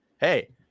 hey